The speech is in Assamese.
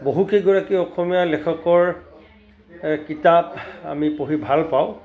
বহুকেইগৰাকী অসমীয়া লেখকৰ কিতাপ আমি পঢ়ি ভাল পাওঁ